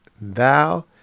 thou